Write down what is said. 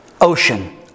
ocean